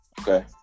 Okay